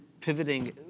pivoting